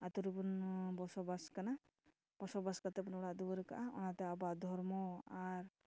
ᱟᱛᱳ ᱨᱮᱵᱚᱱ ᱵᱚᱥᱚᱵᱟᱥ ᱠᱟᱱᱟ ᱵᱚᱥᱚᱵᱟᱥ ᱠᱟᱛᱮᱵᱚᱱ ᱚᱲᱟᱜ ᱫᱩᱣᱟᱹᱨ ᱠᱟᱜᱼᱟ ᱚᱱᱟᱛᱮ ᱟᱵᱚᱣᱟᱜ ᱫᱷᱚᱨᱢᱚ ᱟᱨ